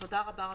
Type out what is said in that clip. תודה רבה רבה.